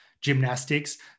gymnastics